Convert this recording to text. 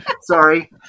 sorry